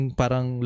parang